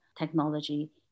technology